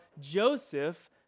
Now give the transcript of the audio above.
Joseph